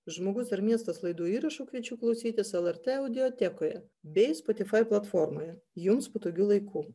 žmogus ar miestas laidų įrašų kviečiu klausytis lrt audiotekoje bei spotifai platformoje jums patogiu laiku